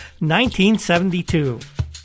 1972